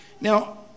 Now